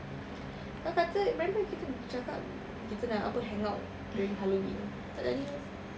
kau kata remember kita cakap kita nak apa hang out during halloween tak jadi pun